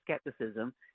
skepticism